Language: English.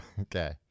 Okay